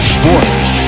sports